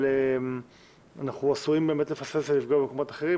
אבל אנחנו עשויים לפספס ולפגוע במקומות אחרים,